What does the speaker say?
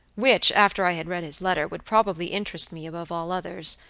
which, after i had read his letter, would probably interest me above all others,